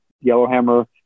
Yellowhammer